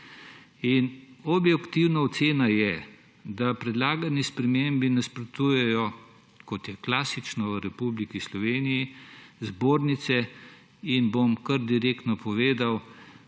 Objektivna ocena je, da predlagani spremembi nasprotujejo, kot je klasično v Republiki Sloveniji, zbornice. In, bom kar direktno povedal,